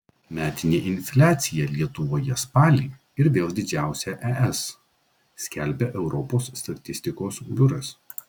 metinė infliacija lietuvoje spalį ir vėl didžiausia es skelbia europos statistikos biuras